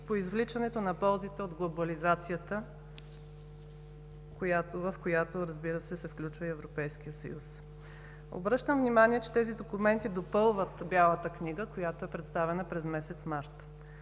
по „Извличане на ползите от глобализацията“, в която, разбира се, се включва и Европейският съюз. Обръщам внимание, че тези документи допълват Бялата книга, която е представена през месец март.